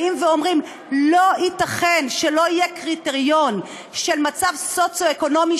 באים ואומרים שלא ייתכן שלא יהיה קריטריון של מצב סוציו-אקונומי